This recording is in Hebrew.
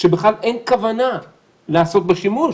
שבכלל אין כוונה לעשות בהן שימוש.